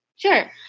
Sure